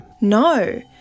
No